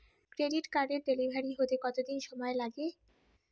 Credit কার্ডের delivery হতে কতদিন সময় লাগে?